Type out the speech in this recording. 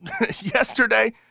yesterday